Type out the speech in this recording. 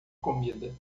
comida